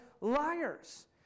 liars